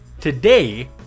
today